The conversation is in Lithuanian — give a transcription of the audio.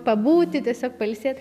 pabūti tiesiog pailsėti